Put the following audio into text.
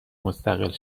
مستقل